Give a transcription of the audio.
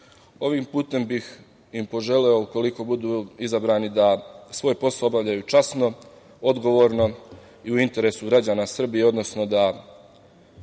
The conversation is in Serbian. Ovim putem bih im poželeo ukoliko budu izabrani da svoj posao obavljaju časno, odgovorno i u interesu građana Srbije, odnosno da